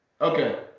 Okay